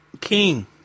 King